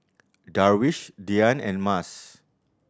Darwish Dian and Mas